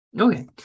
Okay